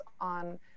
on